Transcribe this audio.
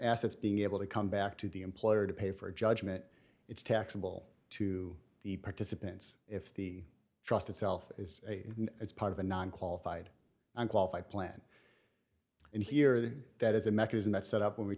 assets being able to come back to the employer to pay for a judgment it's taxable to the participants if the trust itself is a part of a non qualified and qualified plan and here then that is a mechanism that's set up when we